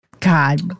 God